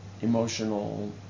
Emotional